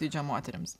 dydžio moterims